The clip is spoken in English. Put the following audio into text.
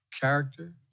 character